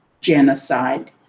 Genocide